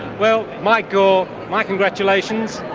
well, mike gore, my congratulations.